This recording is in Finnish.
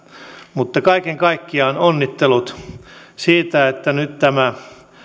mutta kaiken kaikkiaan onnittelut siitä että nyt tämä